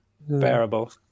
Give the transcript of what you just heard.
bearable